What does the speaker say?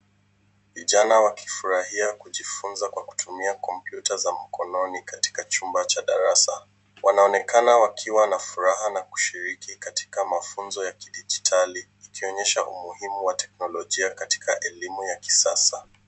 Vijana wakifurahia kujifunza kwa kutumia kompyuta za mkononi katika chumba cha darasa. Wanaonekana wakiwa na furaha na kushiriki katika mafunzo ya kidijitali, ikionyesha umuhimu wa teknolojia katika elimu ya kisasa.